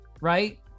right